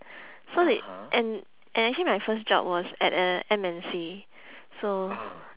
so they and and actually my first job was at a M_N_C so